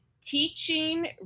teaching